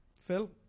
Phil